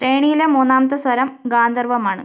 ശ്രേണിയിലെ മൂന്നാമത്ത സ്വരം ഗാന്ധർവമാണ്